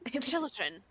Children